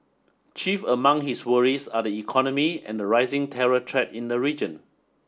chief among his worries are the economy and the rising terror threat in the region